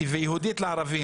ויהודית לערבים.